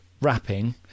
wrapping